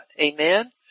Amen